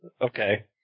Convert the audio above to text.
Okay